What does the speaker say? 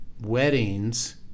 weddings